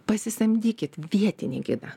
pasisamdykit vietinį gidą